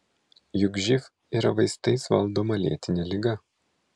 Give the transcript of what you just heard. juk živ yra vaistais valdoma lėtinė liga